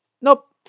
Nope